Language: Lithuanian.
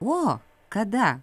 o kada